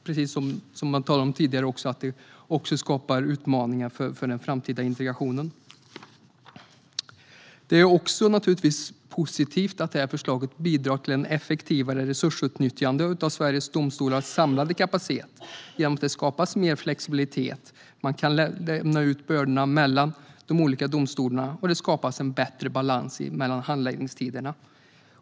Precis som tidigare talare har sagt skapar det även utmaningar för den framtida integrationen. Det är positivt att förslaget bidrar till ett effektivare resursutnyttjande av Sveriges domstolars samlade kapacitet eftersom arbetet blir mer flexibelt. Man kan jämna ut bördorna mellan de olika domstolarna och skapa en bättre balans i handläggningstiderna.